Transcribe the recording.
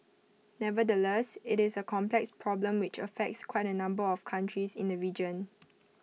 nevertheless IT is A complex problem which affects quite A number of countries in the region